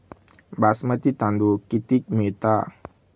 बासमती तांदूळ कितीक मिळता?